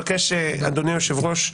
אדוני היושב ראש,